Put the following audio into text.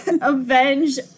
avenge